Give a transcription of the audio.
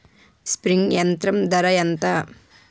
Spray యంత్రం ధర ఏంతా?